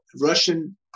Russian